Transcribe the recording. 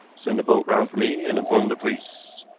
send a boat round for me, and inform the police.